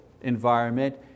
environment